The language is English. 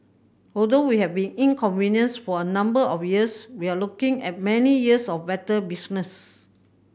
although we have been inconvenienced for a number of years we are looking at many years of better business